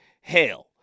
Hell